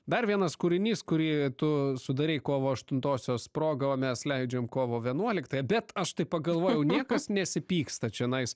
dar vienas kūrinys kurį tu sudarei kovo aštuntosios proga o mes leidžiam kovo vienuoliktąją bet aš tai pagalvojau niekas nesipyksta čionais